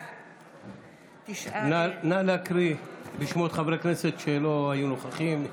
בעד נא לקרוא בשמות חברי הכנסת שלא היו נוכחים.